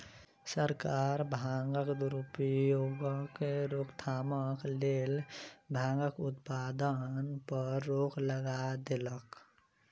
सरकार भांगक दुरुपयोगक रोकथामक लेल भांगक उत्पादन पर रोक लगा देलक